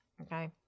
Okay